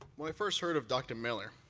when i first heard of dr. miller,